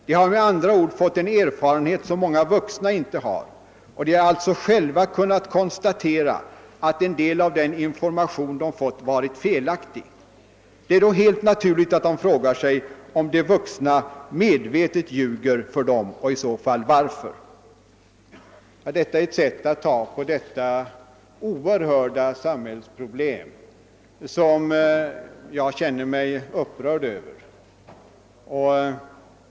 De har med andra ord fått en erfarenhet som många vuxna inte har och de har alltså själva kunnat konstatera att en del av den information de fått varit felaktig. Det är då helt naturligt att de frågar sig om de vuxna medvetet ljuger för dem och i så fall varför.» Detta är ett sätt att ta på detta oerhörda samhällsproblem, som jag känner mig upprörd över.